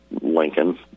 Lincoln